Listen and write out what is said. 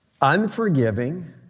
unforgiving